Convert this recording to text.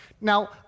now